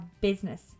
business